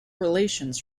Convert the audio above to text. relations